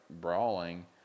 brawling